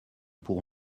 pour